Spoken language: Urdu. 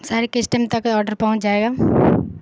سر کس ٹائم تک آڈر پہنچ جائے گا